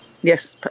Yes